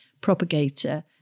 propagator